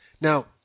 Now